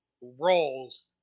roles